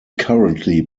currently